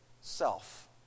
self